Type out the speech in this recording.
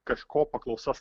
kažko paklausa